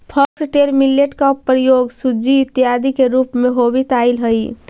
foxtail millet का प्रयोग सूजी इत्यादि के रूप में होवत आईल हई